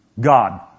God